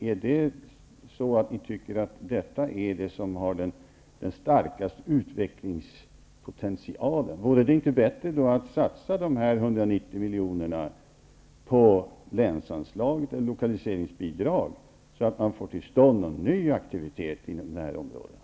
Är det detta som har den starkaste utvecklingspotentialen? Vore det inte bättre att satsa de 190 milj.kr. på länsanslag eller lokaliseringsbidrag så att det går att få till stånd någon ny aktivitet i dessa områden?